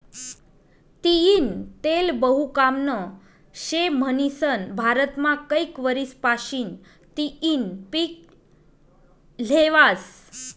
तीयीनं तेल बहु कामनं शे म्हनीसन भारतमा कैक वरीस पाशीन तियीनं पिक ल्हेवास